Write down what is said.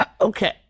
okay